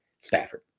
Stafford